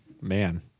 man